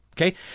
Okay